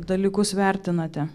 dalykus vertinate